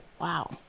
wow